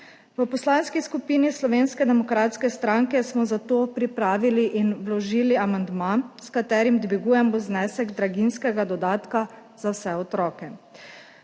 V Poslanski skupini Slovenske demokratske stranke smo zato pripravili in vložili amandma, s katerim dvigujemo znesek draginjskega dodatka za vse otroke.